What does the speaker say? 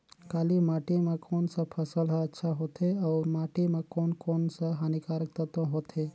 काली माटी मां कोन सा फसल ह अच्छा होथे अउर माटी म कोन कोन स हानिकारक तत्व होथे?